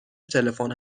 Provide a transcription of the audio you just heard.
تلفن